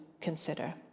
consider